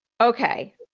Okay